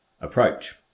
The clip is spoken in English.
approach